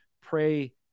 pray